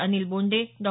Anil Bonde Dr